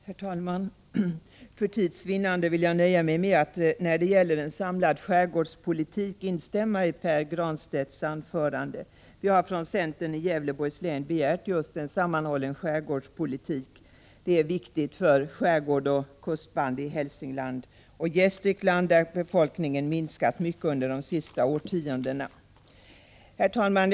Herr talman! För tids vinnande skall jag när det gäller en samlad skärgårdspolitik nöja mig med att instämma i Pär Granstedts anförande. Vi har från centern i Gävleborgs län begärt en sammanhållen skärgårdspolitik. Detta är viktigt för skärgård och kustband i Hälsingland och i Gästrikland, där befolkningen minskat mycket under de senaste årtiondena. Herr talman!